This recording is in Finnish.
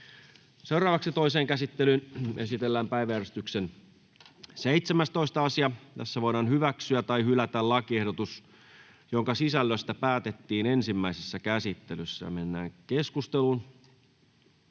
Content: Toiseen käsittelyyn esitellään päiväjärjestyksen 8. asia. Nyt voidaan hyväksyä tai hylätä lakiehdotukset, joiden sisällöstä päätettiin ensimmäisessä käsittelyssä. — Edustaja